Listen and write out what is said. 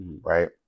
right